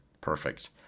perfect